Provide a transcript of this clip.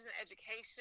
education